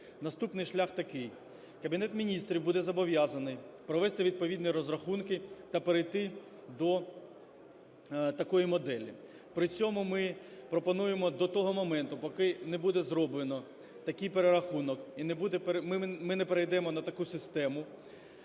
наступний шлях такий. Кабінет Міністрів буде зобов'язаний провести відповідні розрахунки та перейти до такої моделі. При цьому ми пропонуємо до того моменту, поки не буде зроблений такий перерахунок і ми не перейдемо на таку систему,